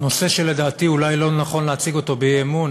נושא שלדעתי אולי לא נכון להציג אותו באי-אמון,